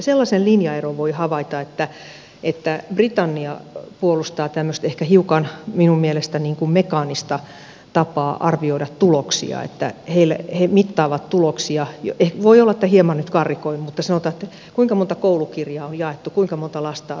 sellaisen linjaeron voi havaita että britannia puolustaa tämmöistä ehkä minun mielestäni hiukan mekaanista tapaa arvioida tuloksia että he mittaavat tuloksia siten että voi olla että hieman nyt karrikoin mutta sanotaan näin kuinka monta koulukirjaa on jaettu kuinka monta lasta on rokotettu